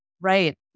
Right